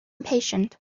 impatient